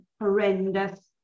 horrendous